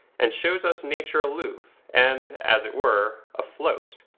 and shows us nature aloof, and, as it were, afloat.